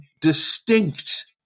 distinct